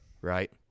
right